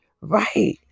right